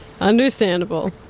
Understandable